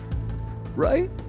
Right